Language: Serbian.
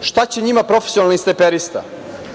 Šta će njima profesionalni snajperista?